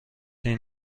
این